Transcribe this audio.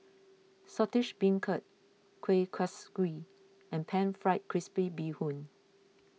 Saltish Beancurd Kuih Kaswi and Pan Fried Crispy Bee Hoon